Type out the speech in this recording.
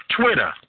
Twitter